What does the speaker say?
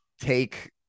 take